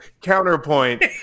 Counterpoint